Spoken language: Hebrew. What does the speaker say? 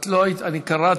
את לא היית, אני קראתי.